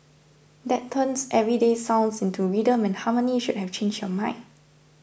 that turns everyday sounds into rhythm and harmony should have changed your mind